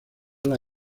las